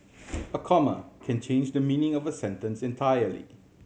a comma can change the meaning of a sentence entirely